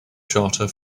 charter